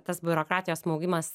tas biurokratijos smaugimas